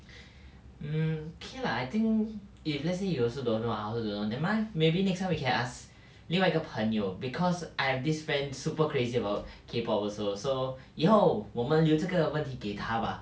mm okay lah I think if let's say you also don't know I also don't know never mind maybe next time we can ask 另外一个朋友 because I have this friend super crazy about K pop also so 以后我们留这个问题给他吧